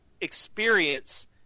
experience